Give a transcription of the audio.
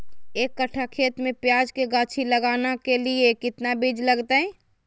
एक कट्ठा खेत में प्याज के गाछी लगाना के लिए कितना बिज लगतय?